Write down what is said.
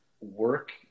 work